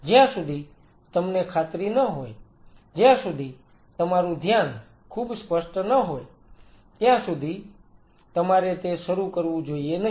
જ્યાં સુધી તમને ખાતરી ન હોય જ્યાં સુધી તમારૂ ધ્યાન ખૂબ સ્પષ્ટ ન હોય ત્યાં સુધી તમારે તે શરુ કરવું જોઈએ નહિ